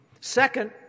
Second